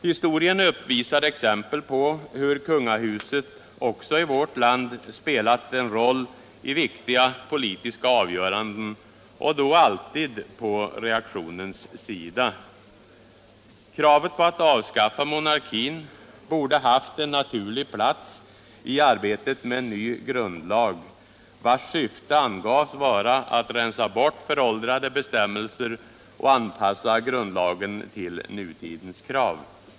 Historien uppvisar exempel på hur kungahuset också i vårt land spelat en roll i viktiga politiska avgöranden och då alltid på reaktionens sida. Kravet på att avskaffa monarkin borde haft en naturligt plats i arbetet med en ny grundlag, vars syfte angavs vara att rensa bort föråldrade bestämmelser och anpassa grundlagen till nutidens krav.